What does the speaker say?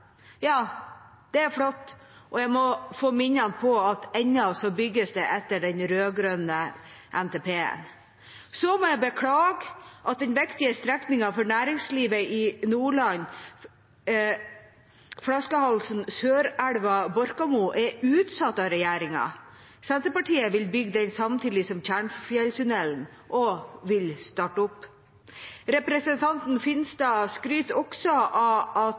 Ja, det er flott. Jeg må få minne ham på at det ennå bygges etter den rød-grønne NTP-en. Så må jeg beklage at en viktig strekning for næringslivet i Nordland, flaskehalsen Sørelva–Borkamo, er utsatt av regjeringen. Senterpartiet vil bygge den samtidig som Tjernfjelltunnelen og vil starte opp. Representanten Finstad skryter også av at